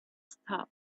stopped